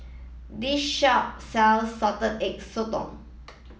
this shop sells salted egg sotong